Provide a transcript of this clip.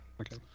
Okay